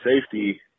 safety